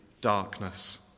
darkness